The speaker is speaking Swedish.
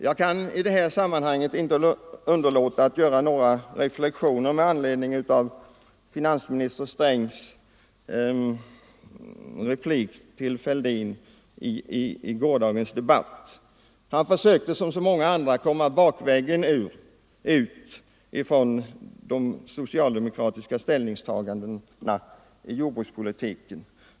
Jag kan i detta sammanhang inte underlåta att göra några reflexioner med anledning av finansminister Strängs replik till herr Fälldin i gårdagens debatt. Herr Sträng försökte, såsom många andra, komma ut bakvägen från de socialdemokratiska ställningstagandena i jordbrukspolitiken.